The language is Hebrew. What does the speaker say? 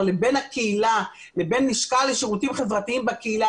לבין הקהילה לבין לשכה לשירותים חברתיים בקהילה,